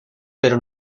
pero